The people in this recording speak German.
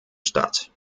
statt